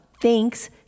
thanks